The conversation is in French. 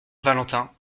valentin